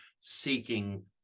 seeking